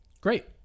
Great